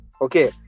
Okay